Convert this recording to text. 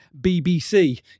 BBC